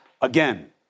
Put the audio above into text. again